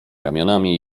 ramionami